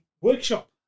workshop